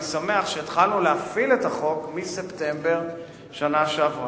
אני שמח שהתחלנו להפעיל את החוק מספטמבר בשנה שעברה.